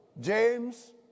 James